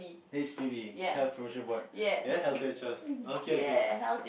H_P_B health promotion board healthier choice oh okay okay